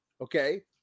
okay